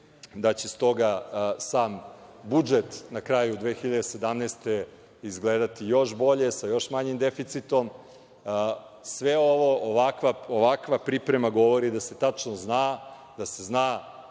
će i sam budžet na kraju 2017. godine izgledati još bolje, sa još manjim deficitom. Sve ovo, ovakva priprema govori da se tačno zna, da se zna